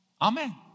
Amen